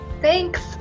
Thanks